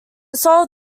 solve